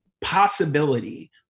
possibility